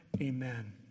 Amen